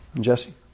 Jesse